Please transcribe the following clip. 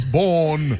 born